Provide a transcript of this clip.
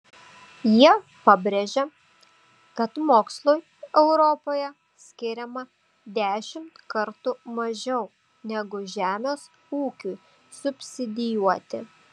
jie pabrėžia kad mokslui europoje skiriama dešimt kartų mažiau negu žemės ūkiui subsidijuoti